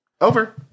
Over